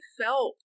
felt